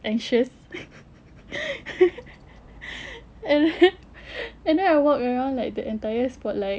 anxious and then and then I walk you know like the entire spotlight